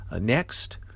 Next